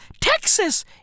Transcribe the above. Texas